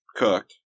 Cooked